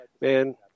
man